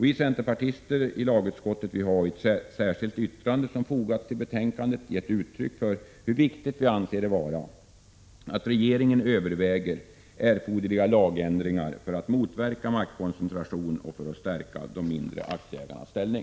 Vi centerpartister i lagutskottet har i ett särskilt yttrande som fogats till betänkandet gett uttryck för hur viktigt vi anser det vara att regeringen överväger erforderliga lagändringar för att motverka maktkoncentration och för att stärka de mindre aktieägarnas ställning.